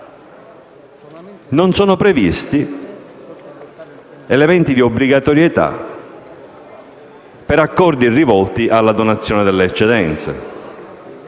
non sono previsti elementi di obbligatorietà per accordi rivolti alla donazione delle eccedenze,